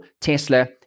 Tesla